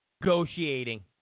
negotiating